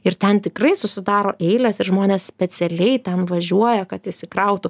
ir ten tikrai susidaro eilės ir žmonės specialiai ten važiuoja kad įsikrautų